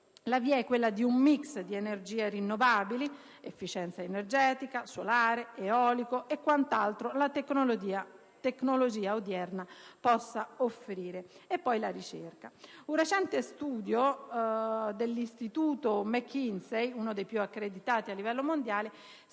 La via è quella di un *mix* di energie rinnovabili: efficienza energetica, solare, eolico e quant'altro la tecnologia odierna possa offrire. E poi la ricerca. Un recente studio dell'istituto McKinsey, uno dei più accreditati a livello mondiale,